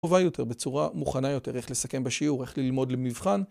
טובה יותר, בצורה מוכנה יותר איך לסכם בשיעור, איך ללמוד למבחן.